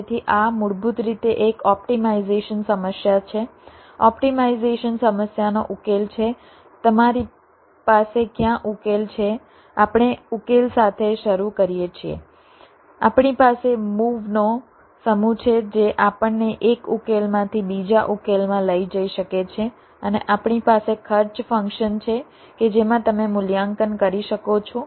તેથી આ મૂળભૂત રીતે એક ઓપ્ટિમાઇઝેશન સમસ્યા છે ઓપ્ટિમાઇઝેશન સમસ્યાનો ઉકેલ છે તમારી પાસે ક્યાં ઉકેલ છે આપણે ઉકેલ સાથે શરૂ કરીએ છીએ આપણી પાસે મૂવ નો સમૂહ છે જે આપણને એક ઉકેલમાંથી બીજા ઉકેલમાં લઈ જઈ શકે છે અને આપણી પાસે ખર્ચ ફંક્શન છે કે જેમાં તમે મૂલ્યાંકન કરી શકો છો